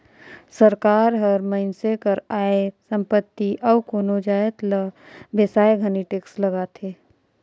सरकार हर मइनसे कर आय, संपत्ति अउ कोनो जाएत ल बेसाए घनी टेक्स लगाथे